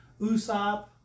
Usopp